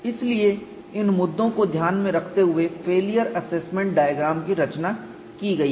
इसलिए इन मुद्दों को ध्यान में रखते हुए फेलियर एसेसमेंट डायग्राम की रचना की गई है